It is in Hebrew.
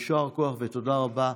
יישר כוח ותודה רבה.